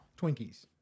Twinkies